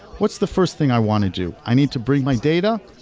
what's the first thing i want to do? i need to bring my data.